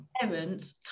parents